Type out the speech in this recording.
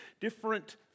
different